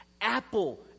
Apple